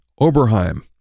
Oberheim